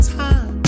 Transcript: time